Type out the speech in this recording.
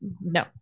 No